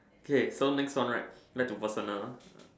okay so next one right back to personal